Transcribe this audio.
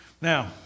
Now